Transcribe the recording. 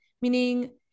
Meaning